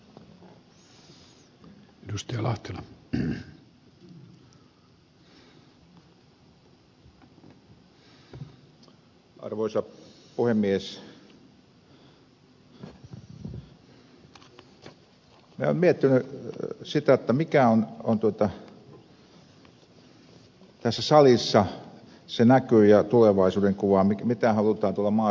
minä olen miettinyt sitä mikä on tässä salissa se näky ja tulevaisuudenkuva mitä halutaan tuolla maaseudulla tapahtuvan